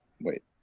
wait